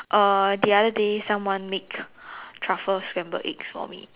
uh the other day someone make truffle scrambled eggs for me